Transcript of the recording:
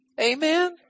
Amen